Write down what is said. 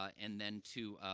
ah and then to,